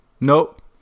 Nope